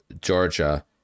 Georgia